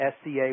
SCA